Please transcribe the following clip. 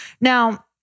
Now